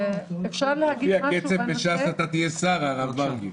לפי הקצב בש"ס אתה תהיה שר, הרב מרגי.